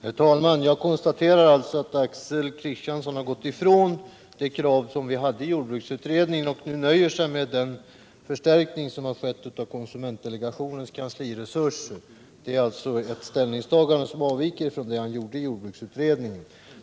Herr talman! Jag konstaterar att Axel Kristiansson gått ifrån det krav vi hade i jordbruksutredningen och att han nöjer sig med den förstärkning av konsumentdelegationens kansliresurser som har skett. Det är således ett ställningstagande som avviker från det han gjorde i jordbruksutredningen.